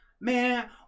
Man